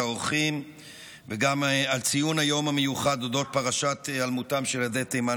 וגם על ציון המיוחד אודות פרשת היעלמותם של ילדי תימן,